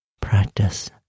practice